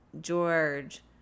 George